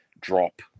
drop